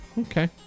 Okay